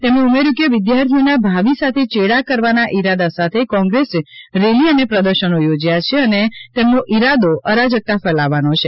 તેમણે ઉમેર્યું કે વિદ્યાર્થીઓના ભાવિ સાથે ચેડા કરવાના ઈરાદા સાથે કોંગ્રેસે રેલી અને પ્રદર્શનો યોજયા છે અને તેમનો ઈરાદો અરાજકતા ફેલાવવાનો છે